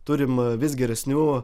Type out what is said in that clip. turim vis geresnių